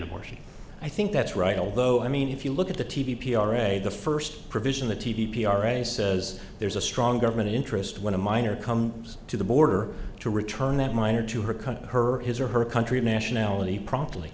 abortion i think that's right although i mean if you look at the t v p r a the first provision the t v p r a says there's a strong government interest when a minor comes to the border to return that minor to her country her his or her country nationality promptly